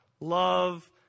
love